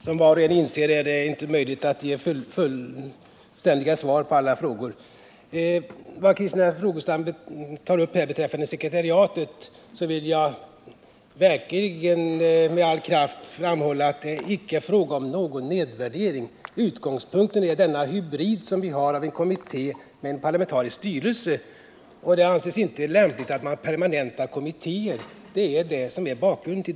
Herr talman! Som var och en inser är det inte möjligt att nu ge fullständiga svar på alla frågor. Med anledning av vad Christina Rogestam sade om sekretariatet för framtidsstudier vill jag verkligen med all kraft framhålla att det icke är fråga om någon nedvärdering. Utgångspunkten är denna hybrid som vi har av en kommitté med parlamentarisk styrelse. Det anses inte lämpligt att permanenta kommittéer. Detta är bakgrunden.